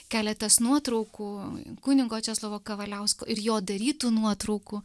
keletas nuotraukų kunigo česlovo kavaliausko ir jo darytų nuotraukų